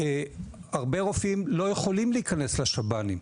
הרבה רופאים לא יכולים להיכנס לשב"נים.